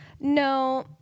no